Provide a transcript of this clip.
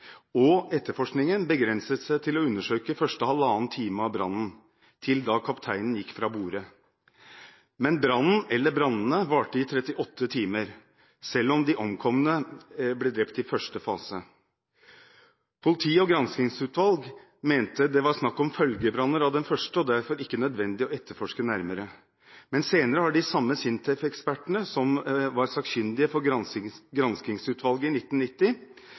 og etterforskningen begrenset seg til å undersøke første halvannen time av brannen, til da kapteinen gikk fra borde. Men brannene varte i 38 timer, selv om de som døde, omkom i første fase. Politi og granskingsutvalg mente det var snakk om følgebranner etter den første og derfor ikke nødvendig å etterforske nærmere. Senere har de samme SINTEF-ekspertene som var sakkyndige for granskingsutvalget i 1990,